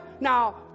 Now